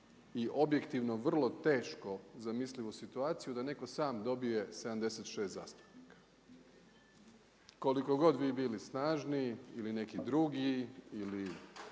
i objektivno vrlo tešku zamislivu situaciju, da netko sam dobije 76 zastupnika. Koliko god vi bili snažni ili neki drugi ili